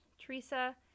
Teresa